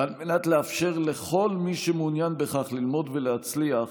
ועל מנת לאפשר לכל מי שמעוניין ללמוד ולהצליח,